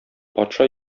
патша